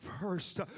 first